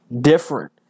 different